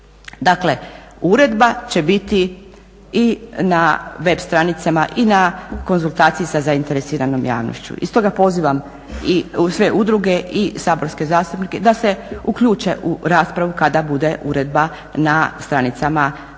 Dakle, uredba će biti i na web stranicama i u konzultaciji sa zainteresiranom javnošću. I stoga pozivam i sve udruge i saborske zastupnike da se uključe u raspravu kada bude uredba na web stranici